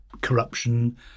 corruption